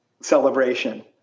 celebration